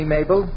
Mabel